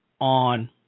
on